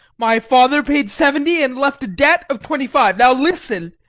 my father paid seventy and left a debt of twenty-five. now listen!